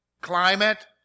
Climate